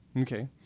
Okay